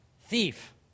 thief